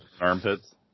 armpits